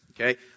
Okay